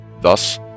thus